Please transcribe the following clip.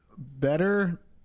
Better